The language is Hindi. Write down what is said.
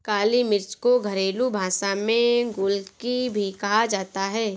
काली मिर्च को घरेलु भाषा में गोलकी भी कहा जाता है